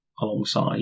alongside